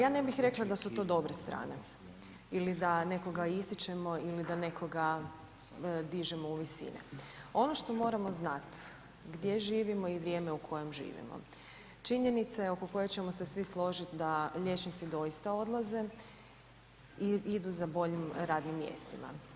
Ja ne bih rekla da su to dobre strane ili da nekoga ističemo ili da nekoga dižemo u visine, ono što moramo znati gdje živimo i vrijeme u kojem živimo činjenica je oko koje ćemo svi složiti da liječnici doista odlaze i idu za boljim radnim mjestima.